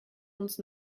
uns